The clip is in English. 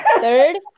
Third